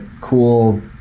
cool